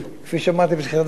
כפי שאמרתי בתחילת דברי,